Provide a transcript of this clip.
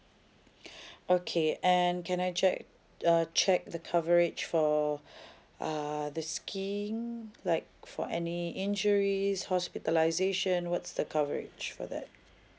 okay and can I check uh check the coverage for uh the skiing like for any injuries hospitalisation what's the coverage for that